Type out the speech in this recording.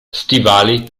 stivali